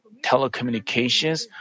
telecommunications